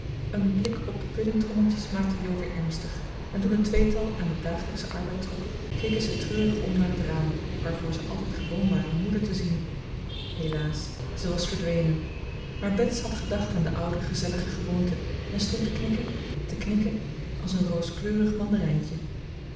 een blik op de puddingtrommeltjes maakte jo weer ernstig en toen het tweetal aan den dagelijkschen arbeid trok keken zij treurig om naar het raam waarvoor ze altijd gewoon waren moeder te zien helaas ze was verdwenen maar bets had gedacht aan de oude gezellige gewoonte en stond te knikken te knikken als een rooskleurig mandarijntje